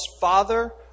father